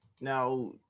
now